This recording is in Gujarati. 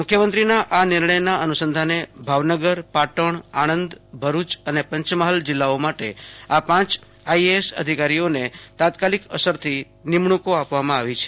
મુખ્યમંત્રીના આ નિર્ણયના અનુસંધાને ભાવનગર પાટણ આણંદ ભરચ અને પંચમહાલ જિલ્લાઓ માટે આ પાંચ આઈએએસ અધિકારીઓને તાત્કાલિક અસરથી નિમણૂંકો આપવામાં આવી છે